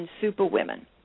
superwomen